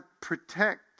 protect